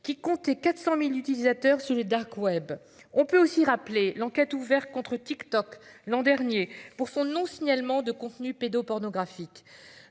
qui comptait 400.000 utilisateurs sur le dark web on peut aussi rappeler l'enquête ouverte contre TikTok l'an dernier pour son nom signalements de contenus pédo-pornographiques.